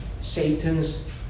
Satan's